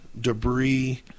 debris